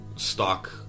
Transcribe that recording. stock